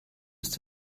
ist